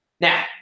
Now